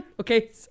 Okay